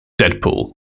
Deadpool